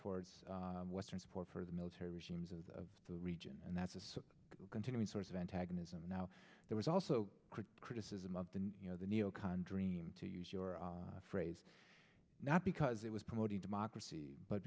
towards western support for the military regimes of the region and that's a continuing source of antagonism now there was also criticism of the you know the neo con dream to use your phrase not because it was promoting democracy but